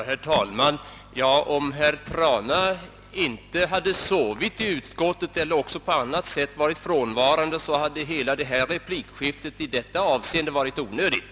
Herr talman! Om herr Trana inte hade sovit i utskottet eller på annat sätt varit frånvarande hade replikskiftet i denna del varit helt onödigt.